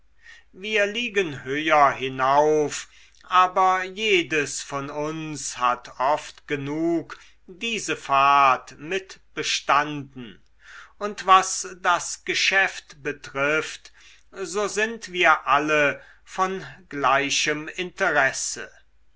wir liegen höher hinauf aber jedes von uns hat oft genug diese fahrt mitbestanden und was das geschäft betrifft so sind wir alle von gleichem interesse